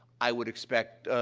i would expect,